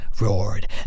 roared